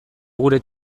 gure